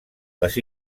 les